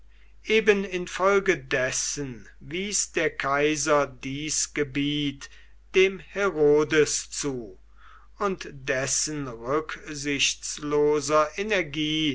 eben infolgedessen wies der kaiser dies gebiet dem herodes zu und dessen rücksichtsloser energie